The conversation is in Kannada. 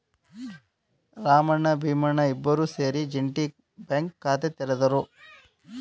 ರಾಮಣ್ಣ ಭೀಮಣ್ಣ ಇಬ್ಬರೂ ಸೇರಿ ಜೆಂಟಿ ಬ್ಯಾಂಕ್ ಖಾತೆ ತೆರೆದರು